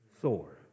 soar